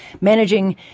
Managing